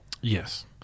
Yes